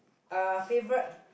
uh favourite